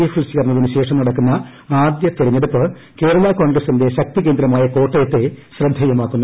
എഫിൽ ചേർന്നതിനു ശേഷം നടക്കുന്ന ആദ്യ തെരഞ്ഞെടുപ്പ് കേരളാ കോൺഗ്രസ്സിന്റെ ശക്തികേന്ദ്രമായ കോട്ടയത്തെ ശ്രദ്ധേയമാക്കുന്നു